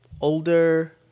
older